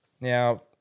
Now